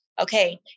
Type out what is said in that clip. Okay